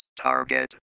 Target